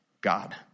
God